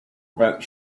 prevent